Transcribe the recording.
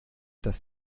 dass